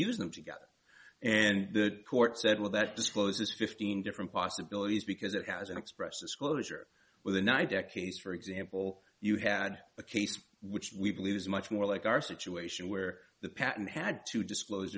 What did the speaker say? use them together and the court said well that disposes fifteen different possibilities because it has an express disclosure with a nice decade for example you had a case which we believe is much more like our situation where the patent had to disclose